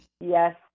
Yes